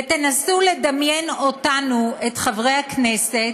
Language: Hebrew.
ותנסו לדמיין אותנו, את חברי הכנסת,